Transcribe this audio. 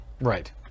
Right